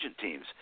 teams